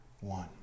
one